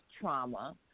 trauma